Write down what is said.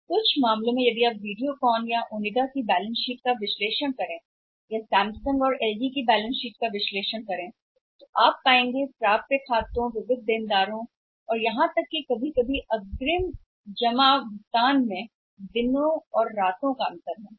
तो कुछ मामलों में यदि आप देखते हैं वीडियोकॉन और या ओनिडा की बैलेंस शीट का विश्लेषण करें और सैमसंग और एलजी की बैलेंस शीट को अंतिम रूप दें आप पाते हैं कि खातों में दिन रात का अंतर है शायद कर्जदार कर्जदार हो सकते हैं कुछ समय अग्रिम जमा भी अग्रिम भुगतान भी